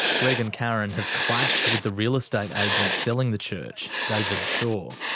greg and karen have clashed with the real estate agent selling the church, david shaw.